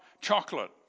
chocolate